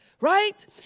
right